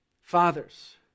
Fathers